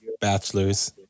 bachelor's